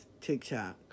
TikTok